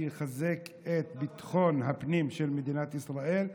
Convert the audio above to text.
שיחזק את ביטחון הפנים של מדינת ישראל,